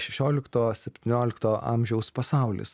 šešiolikto septyniolikto amžiaus pasaulis